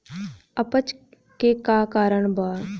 अपच के का कारण बा?